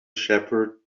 shepherd